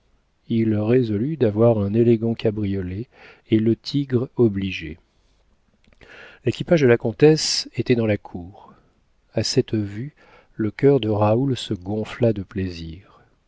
il résolut d'avoir un élégant cabriolet et le tigre obligé l'équipage de la comtesse était dans la cour a cette vue le cœur de raoul se gonfla de plaisir